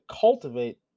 cultivate